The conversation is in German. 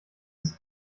ist